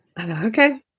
okay